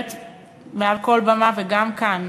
מעל כל במה, וגם כאן,